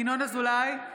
(קוראת בשמות חברי הכנסת) ינון אזולאי,